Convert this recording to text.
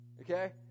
Okay